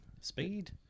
speed